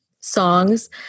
songs